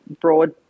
broad